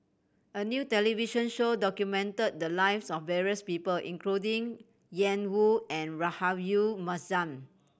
a new television show documented the lives of various people including Ian Woo and Rahayu Mahzam